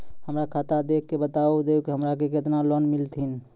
हमरा खाता देख के बता देहु के हमरा के केतना लोन मिलथिन?